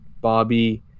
Bobby